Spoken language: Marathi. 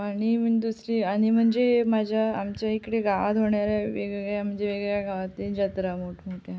आणि मग दुसरी आणि म्हणजे माझ्या आमच्या इकडे गावात होणाऱ्या वेगवेगळ्या म्हणजे वेगवेगळ्या गावातील जत्रा मोठमोठ्या